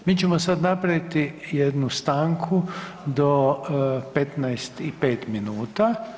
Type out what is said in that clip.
Mi ćemo sad napraviti jednu stanku do 15 i 5 minuta.